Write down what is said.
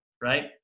right